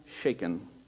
shaken